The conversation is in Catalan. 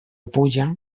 puja